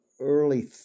early